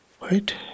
right